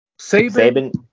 Saban